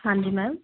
ਹਾਂਜੀ ਮੈਮ